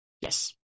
yes